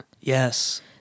Yes